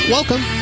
Welcome